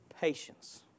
Patience